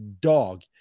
dog